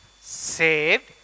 saved